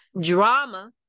drama